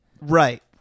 Right